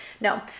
no